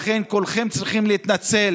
לכן כולכם צריכים להתנצל